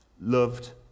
loved